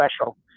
special